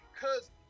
cause